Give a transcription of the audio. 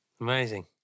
Amazing